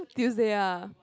Tuesday ah